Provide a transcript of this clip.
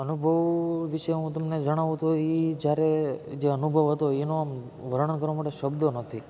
અનુભવ વિષે હું તમને જણાવું તો એ જ્યારે જે અનુભવ હતો એનો વર્ણન કરવા માટે શબ્દો નથી